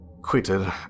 quitted